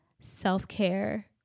self-care